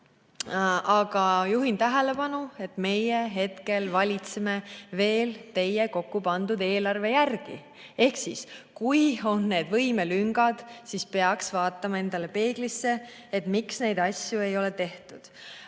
Aga juhin tähelepanu, et meie hetkel valitseme veel teie kokkupandud eelarve järgi. Nii et kui on need võimelüngad, siis peaks vaatama peeglisse, miks neid asju ei ole tehtud.